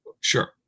Sure